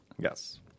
Yes